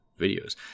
videos